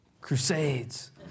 Crusades